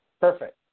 Perfect